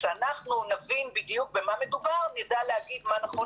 כשנבין בדיוק על מה מדובר נדע מה נכון